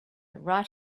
right